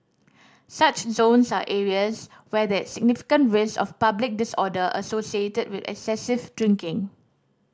such zones are areas where there is significant risk of public disorder associated with excessive drinking